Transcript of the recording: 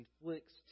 inflicts